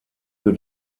für